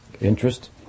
interest